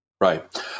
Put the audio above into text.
Right